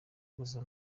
gusa